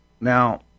now